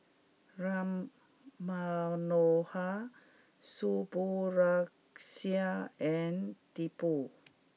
Ram Manohar Subbulakshmi and Tipu